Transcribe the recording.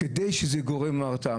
כדי שזה יהיה גורם הרתעה.